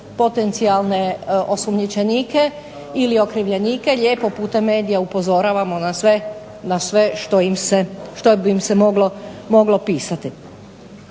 potencijalne osumnjičenike ili okrivljenike lijepo putem medija upozoravamo na sve što bi im se moglo pisati.